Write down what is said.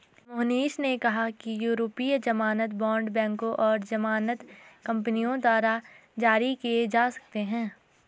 मोहनीश ने कहा कि यूरोपीय ज़मानत बॉण्ड बैंकों और ज़मानत कंपनियों द्वारा जारी किए जा सकते हैं